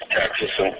Texas